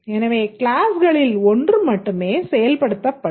எனவே கிளாஸ்களில் ஒன்று மட்டுமே செயல்படுத்தப்படும்